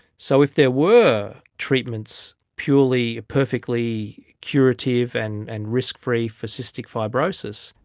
so if there were treatments purely perfectly curative and and risk-free for cystic fibrosis,